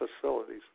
facilities